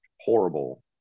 horrible